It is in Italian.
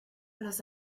los